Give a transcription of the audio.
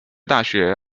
大学